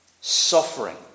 Suffering